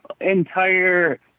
entire